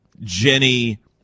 jenny